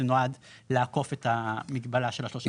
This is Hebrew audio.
נועד לעקוף את המגבלה של ה-3.5 מיליון שקלים.